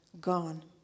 gone